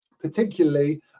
particularly